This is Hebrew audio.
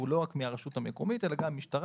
לא רק מהרשות המקומית אלא גם מהמשטרה,